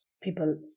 people